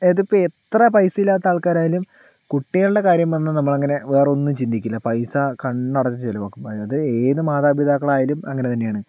ഇതിപ്പോൾ എത്ര പൈസയില്ലാത്ത ആൾക്കാരായാലും കുട്ടികളുടെ കാര്യം വന്നാൽ നമ്മളങ്ങനെ വേറെയൊന്നും ചിന്തിക്കില്ലാ പൈസ കണ്ണടച്ച് ചിലവാക്കും അത് ഏത് മാതാപിതാക്കളായാലും അങ്ങനെ തന്നെയാണ്